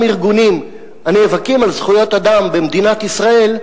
ארגונים הנאבקים על זכויות אדם במדינת ישראל,